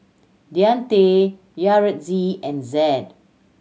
Deante Yaretzi and Zed